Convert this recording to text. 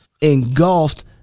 engulfed